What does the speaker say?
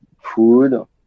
Food